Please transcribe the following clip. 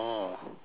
okay